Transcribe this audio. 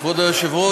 כבוד היושב-ראש,